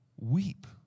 weep